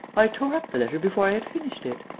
i tore up the letter before i had finished it.